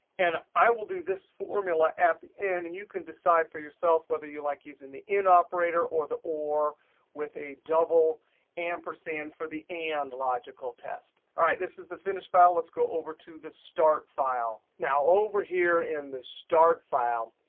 and i will do this formula at the end and you can decide for yourself whether you like using the in operator or the or with a double ampersand for the and logical test. all right, this is the finished file, let's go over to the start file. now over here in the start file,